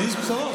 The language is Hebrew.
אני איש בשורות.